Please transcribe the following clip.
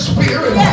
Spirit